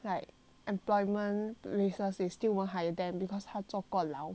like employment business they still won't hire them because 他坐过牢